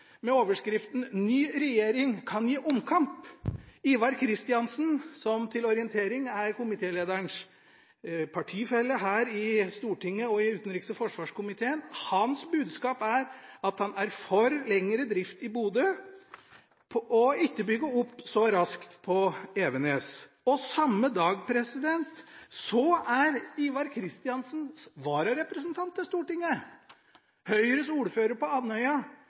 under overskriften «Ny regjering kan gi ny kamp». Budskapet fra Ivar Kristiansen – som til orientering er komitélederens partifelle i utenriks- og forsvarskomiteen her i Stortinget – er at han er for lengre drift i Bodø og ikke å bygge opp så raskt på Evenes. Samme dag er Ivar Kristiansens vararepresentant til Stortinget, ordføreren på Andøya,